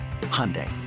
Hyundai